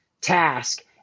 task